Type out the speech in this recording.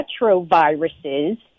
retroviruses